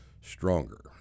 stronger